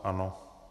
Ano.